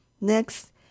Next